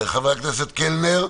חבר הכנסת קלנר,